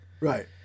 Right